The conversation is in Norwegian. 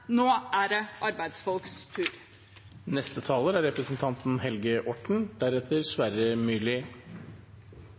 Nå er det arbeidsfolks tur.